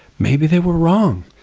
maybe they were wrong,